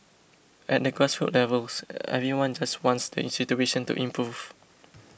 at the grassroots levels everyone just wants the situation to improve